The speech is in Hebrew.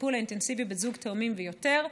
הטיפול האינטנסיבי בזוג תאומים ויותר.